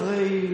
אחרי,